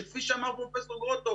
שכפי שאמר פרופ' גרוטו,